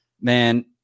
man